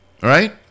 Right